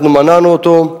אנחנו מנענו אותו,